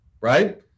right